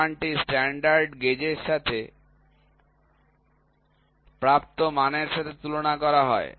এই মানটি স্ট্যান্ডার্ড গেজের সাথে প্রাপ্ত মানের সাথে তুলনা করা হয়